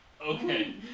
Okay